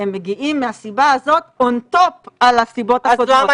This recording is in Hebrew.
הם מגיעים מהסיבה הזאת און-טופ על הסיבות הקודמות.